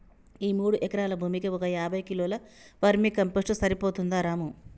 ఈ మూడు ఎకరాల భూమికి ఒక యాభై కిలోల వర్మీ కంపోస్ట్ సరిపోతుందా రాము